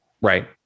right